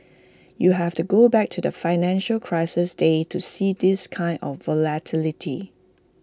you have to go back to the financial crisis days to see this kind of volatility